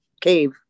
cave